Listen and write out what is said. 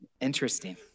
Interesting